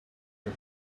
you